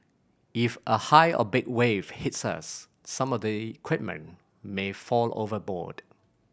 if a high or big wave hits us some of the equipment may fall overboard